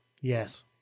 Yes